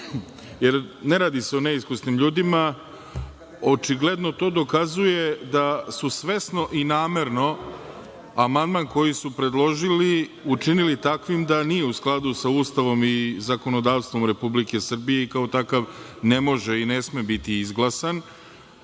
jer ne radi se o neiskusnim ljudima. Očigledno to dokazuje da su svesno i namerno amandman koji su predložili učinili takvim da nije u skladu sa Ustavom i zakonodavstvom Republike Srbije i kao takav ne može i ne sme biti izglasan.